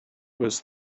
was